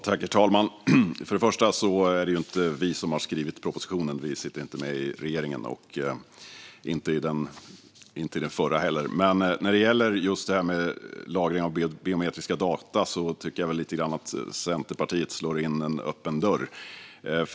Herr talman! Det är inte vi som har skrivit propositionen; vi sitter inte med i den här regeringen och satt inte i den förra heller. När det gäller lagring av biometriska data tycker jag väl lite grann att Centerpartiet slår in en öppen dörr.